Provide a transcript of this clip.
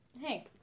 hey